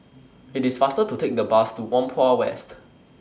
IT IS faster to Take The Bus to Whampoa West